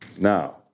now